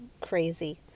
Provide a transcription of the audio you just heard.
crazy